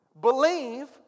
believe